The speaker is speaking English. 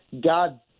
God